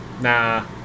Nah